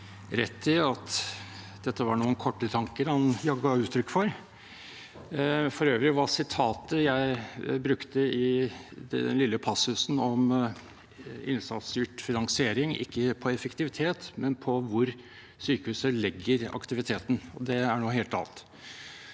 rett i at det var noen korte tanker han ga uttrykk for. For øvrig var sitatet jeg brukte i den lille passusen om innsatsstyrt finansiering, ikke om effektivitet, men om hvor sykehuset legger aktiviteten. Det er noe helt annet.